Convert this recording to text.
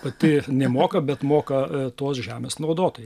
pati nemoka bet moka tos žemės naudotojai